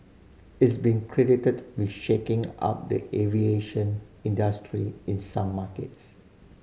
it's been credited with shaking up the aviation industry in some markets